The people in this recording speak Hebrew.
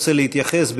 רוצה להתייחס,